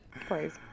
please